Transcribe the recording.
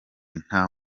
nta